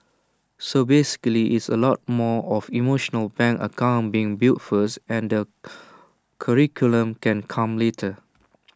so basically IT is A lot more of emotional bank account being built first and the curriculum can come later